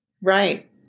Right